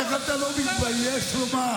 איך אתה לא מתבייש לומר?